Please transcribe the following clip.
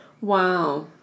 Wow